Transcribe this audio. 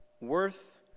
worth